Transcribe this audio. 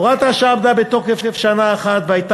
הוראת השעה עמדה בתוקף שנה אחת והייתה